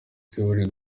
kubwira